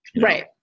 Right